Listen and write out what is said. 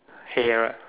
hair right